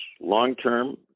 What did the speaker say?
long-term